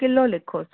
लिखो लिखोसि